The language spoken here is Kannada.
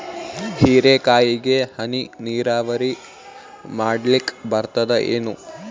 ಹೀರೆಕಾಯಿಗೆ ಹನಿ ನೀರಾವರಿ ಮಾಡ್ಲಿಕ್ ಬರ್ತದ ಏನು?